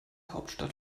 hauptstadt